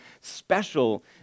special